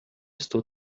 estou